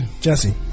Jesse